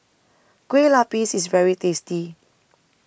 Kueh Lupis IS very tasty